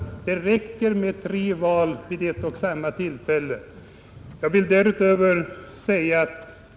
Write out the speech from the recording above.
Det räcker med tre val vid ett och samma tillfälle.